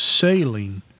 sailing